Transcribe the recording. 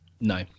No